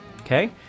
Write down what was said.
okay